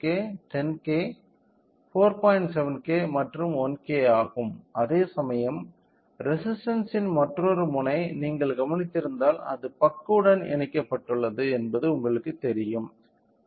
7K மற்றும் 1K ஆகும் அதேசமயம் ரெசிஸ்டன்ஸ்ன் மற்றொரு முனை நீங்கள் கவனித்திருந்தால் அது பக் உடன் இணைக்கப்பட்டுள்ளது என்பது உங்களுக்குத் தெரியும்